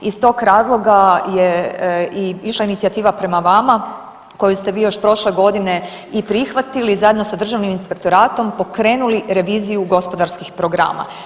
Iz tog razloga je i išla inicijativa prema vama koju ste vi još prošle godine i prihvatili zajedno sa Državnim inspektoratom, pokrenuli reviziju gospodarskih programa.